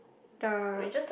the